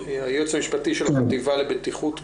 היועץ המשפטי של החטיבה לבטיחות בנפיצים.